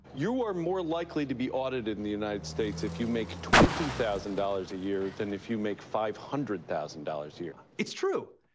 you are more likely to be audited in the united states if you make twenty thousand dollars a year than if you make five hundred thousand dollars a year. it's true.